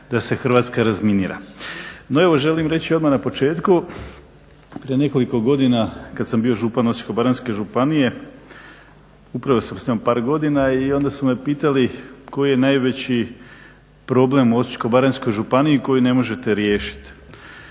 da se Hrvatska razminira. No evo želim reći odmah na početku, prije nekoliko godina kad sam bio župan Osječko-baranjske županije, upravljao sam s njom par godina i onda su me pitali koji je najveći problem u Osječko-baranjskoj županiji koji ne možete riješiti.